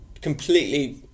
completely